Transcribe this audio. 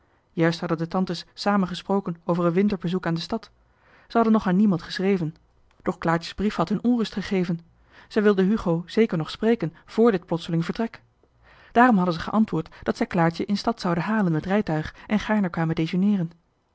juist hadden de tantes samen gesproken over een johan de meester de zonde in het deftige dorp winterbezoek aan de stad zij hadden nog aan niemand geschreven doch claartje's brief had hun onrust gegeven zij wilden hugo beslist nog spreken vr dit plotseling vertrek daarom hadden zij geantwoord dat zij claartje in stad zouden halen met rijtuig en gaarne kwamen dejeuneeren